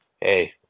hey